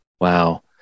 wow